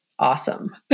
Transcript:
awesome